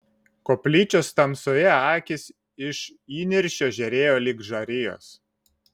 koplyčios tamsoje akys iš įniršio žėrėjo lyg žarijos